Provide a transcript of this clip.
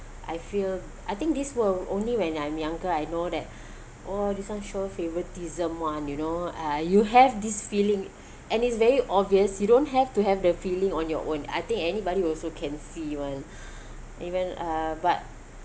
I feel I think this were only when I'm younger I know that oh this one show favouritism [one] you know uh you have this feeling and it's very obvious you don't have to have the feeling on your own I think anybody also can see [one] even uh but